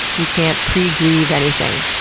you can't pre-grieve anything.